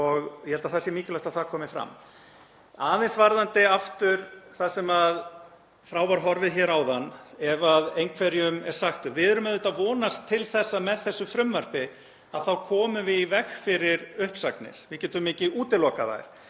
og ég held að það sé mikilvægt að það komi fram. Aðeins aftur þar sem frá var horfið áðan, um það ef einhverjum er sagt upp. Við erum auðvitað að vonast til þess að með þessu frumvarpi komum við í veg fyrir uppsagnir. Við getum ekki útilokað það